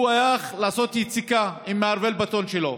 והוא הלך לעשות יציקה עם מערבל הבטון שלו,